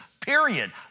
period